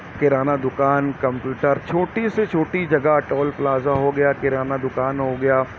کرانہ دکان کمپیوٹر چھوٹی سے چھوٹی جگہ ٹول پلازہ ہو گیا کرانہ دکان ہو گیا